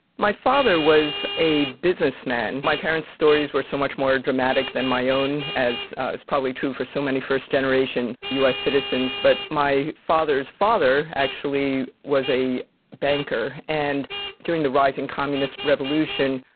my father was a businessman. my parents' stories were so much more dramatic than my own as it's probably true for so many first-generation us citizens, but my father's father actually was a banker. and during the rising communist revolution,